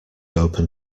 open